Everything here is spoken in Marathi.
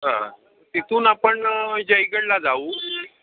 हां तिथून आपण जयगडला जाऊ